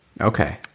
Okay